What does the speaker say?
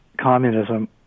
communism